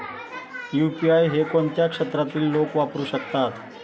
UPI हे कोणत्या क्षेत्रातील लोक वापरू शकतात?